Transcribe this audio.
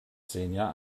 xenia